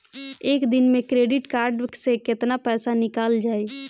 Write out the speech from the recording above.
एक दिन मे क्रेडिट कार्ड से कितना पैसा निकल जाई?